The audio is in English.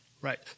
Right